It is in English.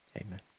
amen